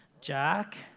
Jack